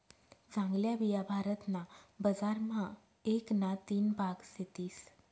चांगल्या बिया भारत ना बजार मा एक ना तीन भाग सेतीस